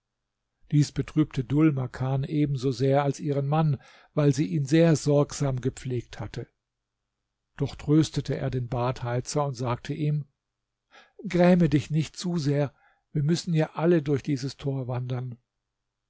dies betrübte dhul makan ebenso sehr als ihren mann weil sie ihn sehr sorgsam gepflegt hatte doch tröstete er den badheizer und sagte ihm gräme dich nicht zu sehr wir müssen ja alle durch dieses tor wandern